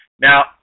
Now